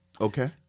Okay